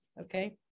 Okay